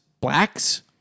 blacks